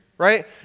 right